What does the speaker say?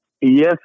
Yes